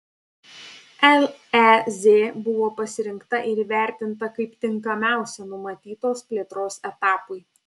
lez buvo pasirinkta ir įvertinta kaip tinkamiausia numatytos plėtros etapui